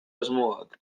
asmoak